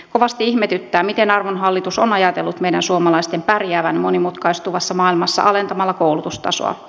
kovasti ihmetyttää miten arvon hallitus on ajatellut meidän suomalaisten pärjäävän monimutkaistuvassa maailmassa alentamalla koulutustasoa